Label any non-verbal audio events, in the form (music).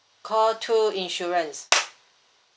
call two insurance (noise)